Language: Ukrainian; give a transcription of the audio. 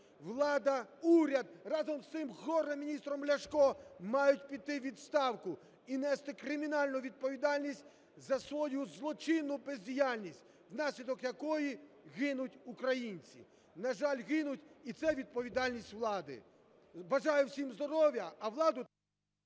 Влада, уряд разом з цим горе-міністром Ляшком мають піти у відставку і нести кримінальну відповідальність за свою злочинну бездіяльність, внаслідок якої гинуть українці, на жаль, гинуть, і це відповідальність влади. Бажаю всім здоров'я, а владу...